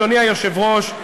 אדוני היושב-ראש,